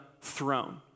throne